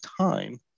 time